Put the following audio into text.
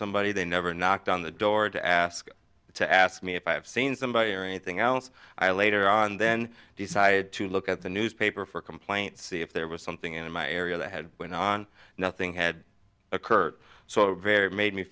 somebody they never knocked on the door to ask to ask me if i have seen somebody or anything else i later on then decided to look at the newspaper for a complaint see if there was something in my area that had went on nothing had occurred so very made me